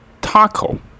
Taco